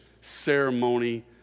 ceremony